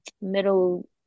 middle